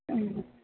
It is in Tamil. ம்